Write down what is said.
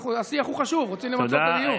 השיח הוא חשוב, רוצים למצות את הדיון.